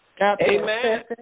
Amen